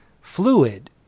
Fluid